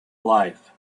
life